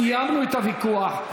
אדוני, סיימנו את הוויכוח.